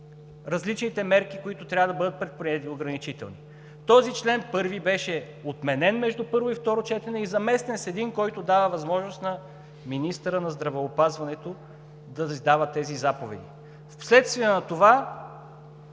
ограничителни мерки, които трябва да бъдат предприети. Този чл. 1 беше отменен между първо и второ четене и заместен с един, който дава възможност на министъра на здравеопазването да издава тези заповеди. Вследствие на това